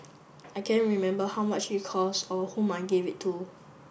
I can't remember how much it cost or whom I gave it to